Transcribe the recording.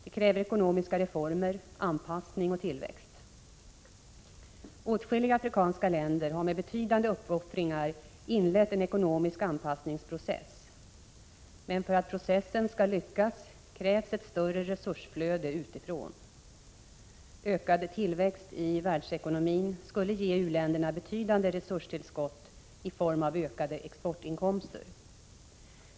Det kräver ekonomiska reformer, anpassning och tillväxt. Åtskilliga afrikanska länder har med betydande uppoffringar inlett en ekonomisk anpassningsprocess. Men för att processen skall lyckas krävs ett större resursflöde utifrån. Ökad tillväxt i världsekonomin skulle ge u-länderna betydande resurstillskott i form av ökade exportinkomster.